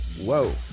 whoa